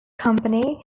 company